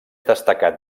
destacat